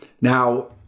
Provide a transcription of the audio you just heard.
Now